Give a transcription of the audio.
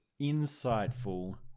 insightful